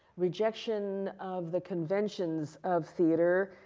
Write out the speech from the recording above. rejection of the conventions of theater,